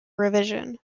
revision